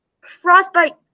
frostbite